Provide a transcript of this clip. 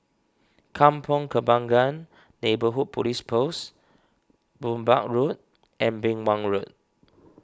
Kampong Kembangan Neighbourhood Police Post Burmah Road and Beng Wan Road